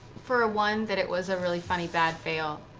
for a one, that it was a really funny bad fail,